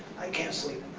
i can't sleep